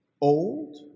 old